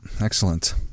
Excellent